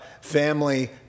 family